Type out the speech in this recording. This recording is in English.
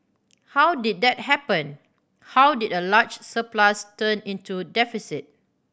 how did that happen how did a large surplus turn into deficit